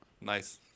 Nice